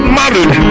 married